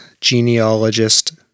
genealogist